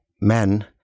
men